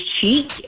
cheek